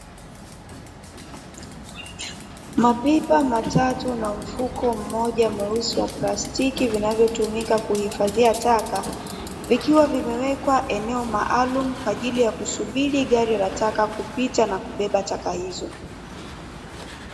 Mapipa matatu na mfuko mmoja mweusi wa plastiki vinavyotumika kuhifadhia taka, vikiwa vimewekwa eneo maalumu kwa ajili ya kusubiri gari la taka kupita na kubeba taka hizo.